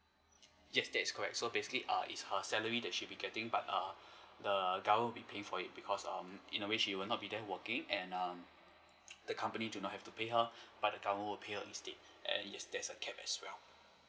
yes that is correct so basically err it's her salary that she'll be getting but err the government will be paying for it because um in a way she will not be there working and um the company do not have to pay her but the government will pay her instead and yes there is a cap as well